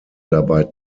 dabei